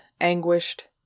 anguished